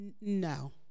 no